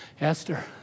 Esther